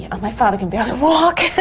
yeah, my father can barely walk.